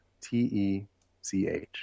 T-E-C-H